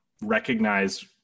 recognize